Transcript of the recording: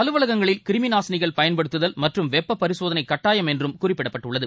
அலுவலகங்களில் கிருமிநாசினிகள் பயன்படுத்துதல் மற்றும் வெப்ப பரிசோதனை கட்டாயம் என்றும் குறிப்பிடப்பட்டுள்ளது